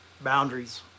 boundaries